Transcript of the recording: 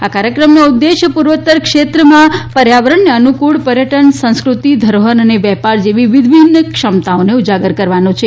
આ કાર્યક્રમનો ઉદ્દેશ પૂર્વોત્તર ક્ષેત્રમાં પર્યાવરણને અનુક્રળ પર્યટન સંસ્કૃતિ ધરોહર અને વેપાર જેવી વિભિન્ન ક્ષમતાઓને ઊજાગર કરવાનો છે